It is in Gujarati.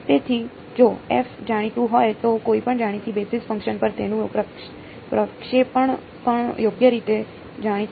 તેથી જો જાણીતું હોય તો કોઈપણ જાણીતા બેસિસ ફંકશન પર તેનું પ્રક્ષેપણ પણ યોગ્ય રીતે જાણીતું છે